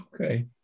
Okay